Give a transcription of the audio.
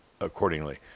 accordingly